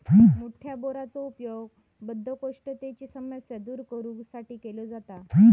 मोठ्या बोराचो उपयोग बद्धकोष्ठतेची समस्या दूर करू साठी केलो जाता